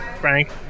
Frank